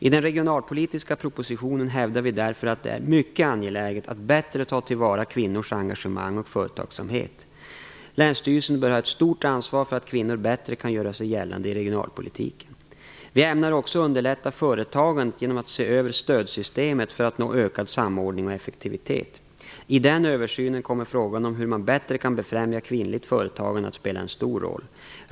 I den regionalpolitiska propositionen hävdar vi därför att det är mycket angeläget att bättre ta till vara kvinnors engagemang och företagsamhet. Länsstyrelserna bör ha ett stort ansvar för att kvinnor bättre kan göra sig gällande i regionalpolitiken. Vi ämnar också underlätta företagandet genom att se över stödsystemet för att nå ökad samordning och effektivitet. I den översynen kommer frågan om hur man bättre kan befrämja kvinnligt företagande att spela en stor roll.